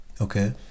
Okay